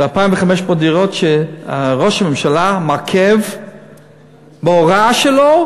זה 2,500 דירות שראש הממשלה מעכב בהוראה שלו,